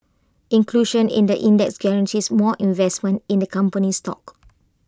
inclusion in the index guarantees more investment in the company's stock